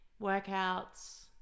workouts